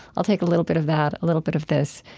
i'll take a little bit of that, a little bit of this,